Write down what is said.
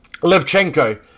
Levchenko